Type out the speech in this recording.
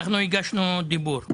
הגשנו דיבור.